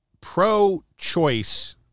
pro-choice